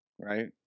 right